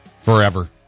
Forever